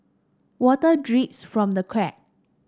water drips from the crack